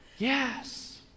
Yes